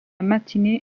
matinée